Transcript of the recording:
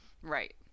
Right